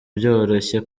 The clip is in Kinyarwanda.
byoroshye